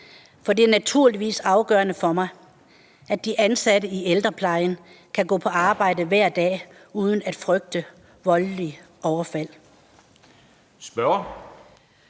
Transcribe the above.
For det er naturligvis afgørende for mig, at de ansatte i ældreplejen kan gå på arbejde hver dag uden at frygte voldelige overfald. Kl.